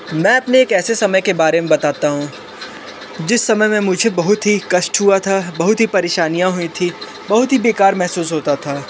मैं अपने एक ऐसे समय के बारे में बताता हूँ जिस समय में मुझे बहुत ही कष्ट हुआ था बहुत ही परेशानियाँ हुईं थी बहुत ही बेकार महसूस होता था